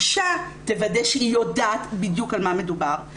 אישה תוודא שהי יודעת בדיוק על מה מדובר,